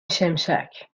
شمشک